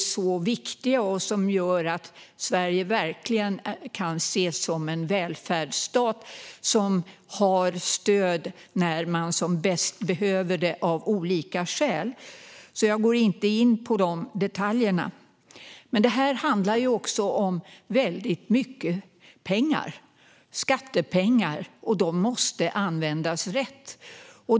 Skyddsnäten är viktiga, och det är de som gör att Sverige verkligen kan ses som en välfärdsstat som ger stöd när man av olika skäl som bäst behöver det. Men detta handlar också om väldigt mycket pengar. Det är skattepengar, och de måste användas rätt.